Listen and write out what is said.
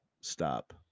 stop